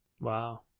Wow